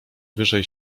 wyżej